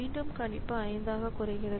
மீண்டும் கணிப்பு 5 ஆகக் குறைகிறது